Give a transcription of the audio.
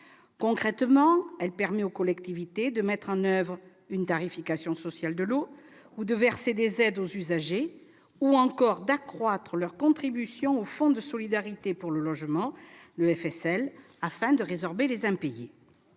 Concrètement, elle permet aux collectivités de mettre en oeuvre une tarification sociale de l'eau, de verser des aides aux usagers ou encore d'accroître leur contribution au Fonds de solidarité pour le logement, le FSL, afin de résorber les impayés.